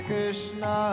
Krishna